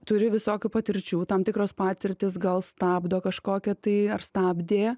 turi visokių patirčių tam tikros patirtys gal stabdo kažkokią tai ar stabdė